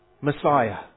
Messiah